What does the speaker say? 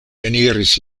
eniris